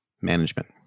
management